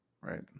Right